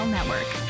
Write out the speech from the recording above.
Network